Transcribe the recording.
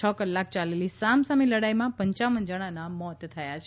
છ કલાક ચાલેલી સામસામી લડાઈમાં પપ જણાનાં મોત થયાં છે